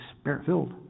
spirit-filled